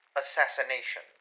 assassination